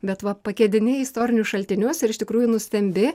bet va pakedeni istorinius šaltinius ir iš tikrųjų nustembi